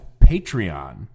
Patreon